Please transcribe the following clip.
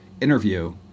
interview